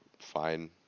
fine